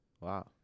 Wow